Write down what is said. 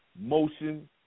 motion